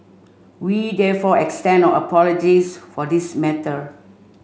we therefore extend our apologies for this matter